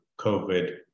COVID